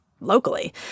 locally